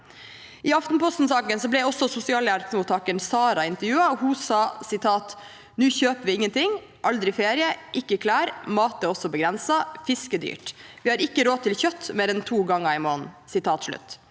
I Aftenposten-saken ble også sosialhjelpsmottakeren Sara intervjuet, og hun sa: «Nå kjøper vi ingenting. Aldri ferie, ikke klær, mat er også begrenset. Fisk er dyrt. Vi har ikke råd til kjøtt mer enn to ganger i måneden.»